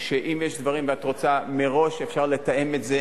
שאם יש דברים ואת רוצה, מראש אפשר לתאם את זה.